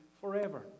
forever